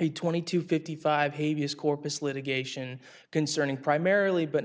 a twenty to fifty five hey vs corpus litigation concerning primarily but